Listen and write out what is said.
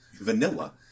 Vanilla